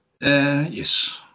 Yes